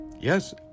yes